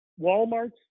walmart's